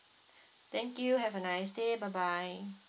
thank you have a nice day bye bye